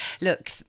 look